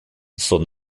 son